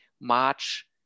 March